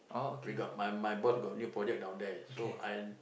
we got my my boss got new project down there so I